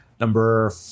Number